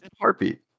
heartbeat